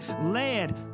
led